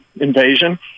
invasion